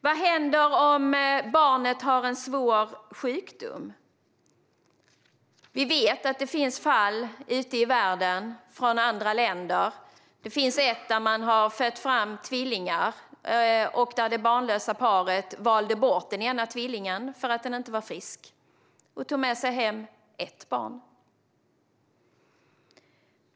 Vad händer om barnet har en svår sjukdom? Vi känner till sådana fall i andra länder. I ett fall födde en kvinna fram tvillingar, och det barnlösa paret valde bort den ena tvillingen för att den inte var frisk och tog med sig ett barn hem.